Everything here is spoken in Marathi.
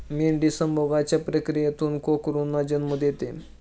मेंढी संभोगाच्या प्रक्रियेतून कोकरूंना जन्म देते